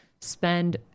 spend